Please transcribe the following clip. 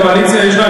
הקואליציה ישנה,